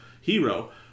Hero